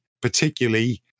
particularly